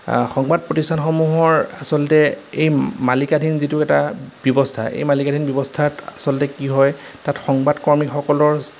সংবাদ প্ৰতিষ্ঠানসমূহৰ আচলতে এই মালিকাধীন যিটো এটা ব্যৱস্থা এই মালিকাধীন ব্যৱস্থাত আচলতে কি হয় তাত সংবাদ কৰ্মীসকলৰ